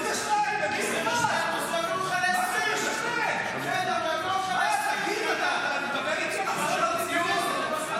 אתה מדבר איתי על לחזור למציאות?